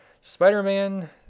Spider-Man